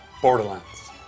Borderlands